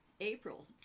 April